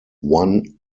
one